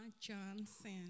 Johnson